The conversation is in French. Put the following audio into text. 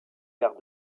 gare